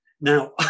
now